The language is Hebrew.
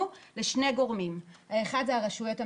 לשני גורמים: האחד זה הרשויות המקומיות,